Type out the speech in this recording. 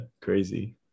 crazy